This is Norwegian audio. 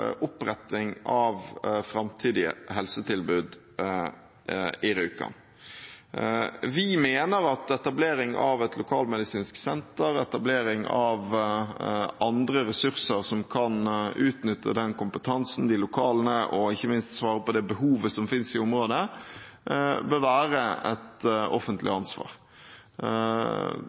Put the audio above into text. oppretting av framtidige helsetilbud i Rjukan. Vi mener at etablering av et lokalmedisinsk senter, etablering av andre ressurser som kan utnytte den kompetansen, de lokalene og ikke minst svare på det behovet som finnes i området, bør være et